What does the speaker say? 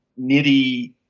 nitty